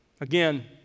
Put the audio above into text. again